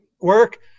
work